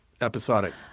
episodic